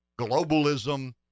globalism